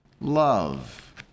love